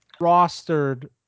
rostered